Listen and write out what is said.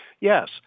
Yes